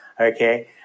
Okay